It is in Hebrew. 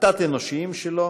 התת-אנושיים שלו,